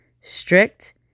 Strict